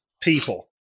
people